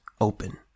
open